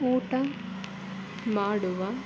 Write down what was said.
ಊಟ ಮಾಡುವ